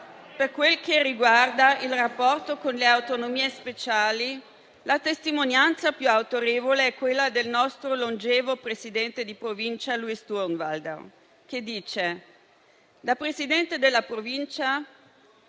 Per quel che riguarda il rapporto con le Autonomie speciali, la testimonianza più autorevole è quella del nostro longevo presidente di Provincia Luis Durnwalder, che dice che da Presidente della Provincia